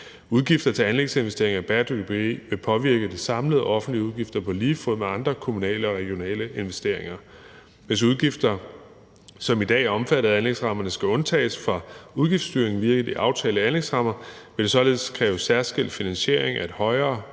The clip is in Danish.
Udgifter til anlægsinvesteringer i bæredygtigt byggeri vil påvirke de samlede de offentlige udgifter på lige fod med andre kommunale og regionale investeringer. Hvis udgifter, som i dag er omfattet af anlægsrammerne, skal undtages fra udgiftsstyring via de aftalte anlægsrammer, vil det således kræve særskilt finansiering af et højere